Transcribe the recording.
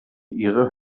ihre